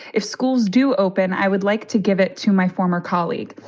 if schools do open, i would like to give it to my former colleague.